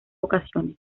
ocasiones